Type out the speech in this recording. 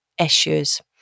issues